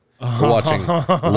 watching